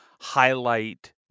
highlight